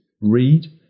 read